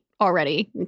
already